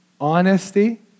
honesty